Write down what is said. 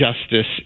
justice